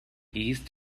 east